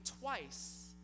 twice